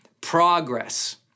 progress